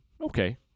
okay